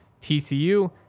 TCU